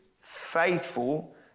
faithful